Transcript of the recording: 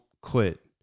quit